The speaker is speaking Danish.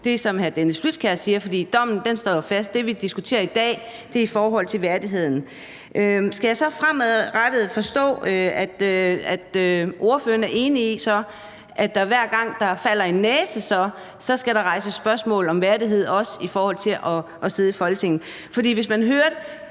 det, som hr. Dennis Flydtkjær sagde, for dommen står jo fast, men det, vi diskuterer i dag, er i forhold til værdigheden – spørge: Skal jeg så forstå det sådan fremadrettet, at ordføreren er enig i, at der, hver gang der bliver givet en næse, skal rejses spørgsmål om værdighed i forhold til at kunne sidde i Folketinget?